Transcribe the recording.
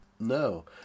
No